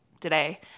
today